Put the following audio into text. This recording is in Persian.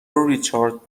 ریچارد